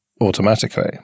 automatically